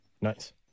Nice